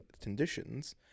conditions